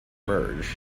merged